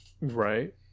right